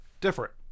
different